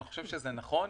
אני חושב שזה נכון.